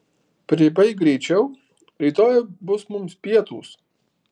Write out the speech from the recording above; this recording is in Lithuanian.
pribaik greičiau rytoj bus mums pietūs